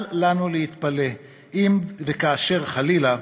אל לנו להתפלא אם וכאשר, חלילה,